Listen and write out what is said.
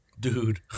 dude